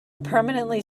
permanently